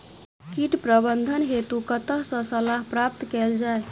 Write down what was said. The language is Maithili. कीट प्रबंधन हेतु कतह सऽ सलाह प्राप्त कैल जाय?